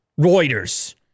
Reuters